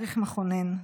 תאריך מכונן,